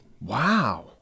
Wow